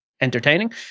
entertaining